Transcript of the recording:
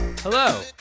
Hello